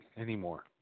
anymore